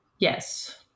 Yes